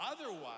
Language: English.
otherwise